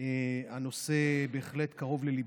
והנושא באמת קרוב לליבי.